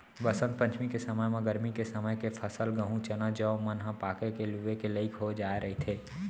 बसंत पंचमी के समे म गरमी के समे के फसल गहूँ, चना, जौ मन ह पाके के लूए के लइक हो जाए रहिथे